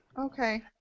Okay